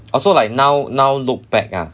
also like now now look back ah